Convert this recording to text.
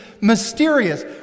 mysterious